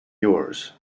yours